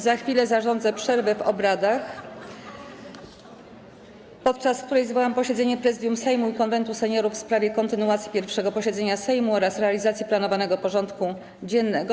Za chwilę zarządzę przerwę w obradach, podczas której zwołam posiedzenie Prezydium Sejmu i Konwentu Seniorów w sprawie kontynuacji 1. posiedzenia Sejmu oraz realizacji planowanego porządku dziennego.